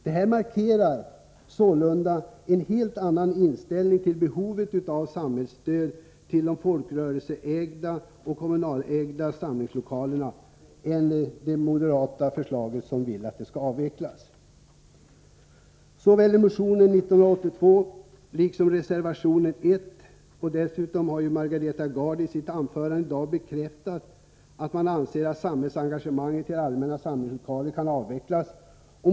Detta markerar sålunda en helt annan inställning till behovet av samhällsstöd till de folkrörelseägda och kommunalägda samlingslokalerna än som finns i det moderata förslaget, där man vill att stödet skall avvecklas. Såväl i motion 1982 som i reservation 1 och Margareta Gards anförande i dag bekräftas att moderaterna anser att samhällsengagemanget i fråga om allmänna samlingslokaler kan avvecklas.